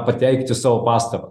pateikti savo pastabas